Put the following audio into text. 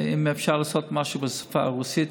אם אפשר לעשות משהו בשפה הרוסית,